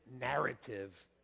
narrative